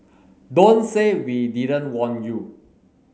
don't say we didn't warn you